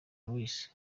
louis